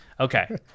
Okay